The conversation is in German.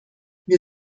wir